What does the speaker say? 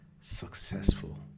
successful